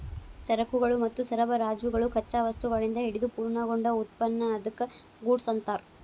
ಸರಕುಗಳು ಮತ್ತು ಸರಬರಾಜುಗಳು ಕಚ್ಚಾ ವಸ್ತುಗಳಿಂದ ಹಿಡಿದು ಪೂರ್ಣಗೊಂಡ ಉತ್ಪನ್ನ ಅದ್ಕ್ಕ ಗೂಡ್ಸ್ ಅನ್ತಾರ